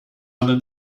other